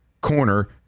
corner